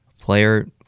player